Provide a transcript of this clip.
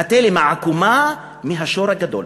התלם העקום מהשור הגדול.